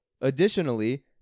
Additionally